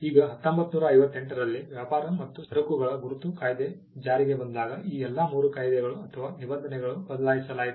ಈಗ 1958 ರಲ್ಲಿ ವ್ಯಾಪಾರ ಮತ್ತು ಸರಕುಗಳ ಗುರುತು ಕಾಯ್ದೆ ಜಾರಿಗೆ ಬಂದಾಗ ಈ ಎಲ್ಲಾ 3 ಕಾಯಿದೆಗಳು ಅಥವಾ ನಿಬಂಧನೆಗಳನ್ನು ಬದಲಾಯಿಸಲಾಯಿತು